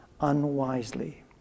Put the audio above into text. unwisely